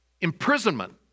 imprisonment